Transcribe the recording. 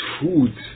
food